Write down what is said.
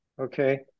okay